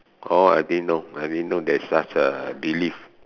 oh I didn't know I didn't know there's such a belief